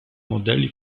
modelli